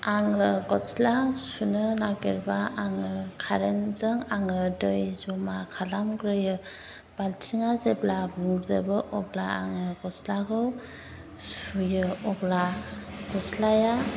आङो गस्ला सुनो नागेरबा आङो खारेनजों आङो दै जमा खालामग्रोयो बाल्टिंआ जेब्ला बुंजोबो अब्ला आङो गस्लाखौ सुयो अब्ला गस्लाया